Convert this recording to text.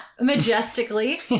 Majestically